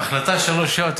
החלטה 3708,